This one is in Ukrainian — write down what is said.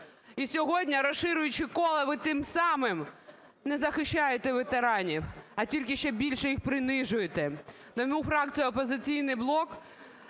І сьогодні, розширюючи коло, ви тим самим не захищаєте ветеранів, а тільки ще більше їх принижуєте.